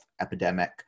epidemic